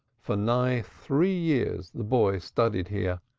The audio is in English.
for nigh three years the boy studied here,